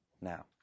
now